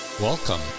Welcome